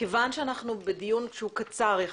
אנחנו בדיון שהוא קצר יחסית,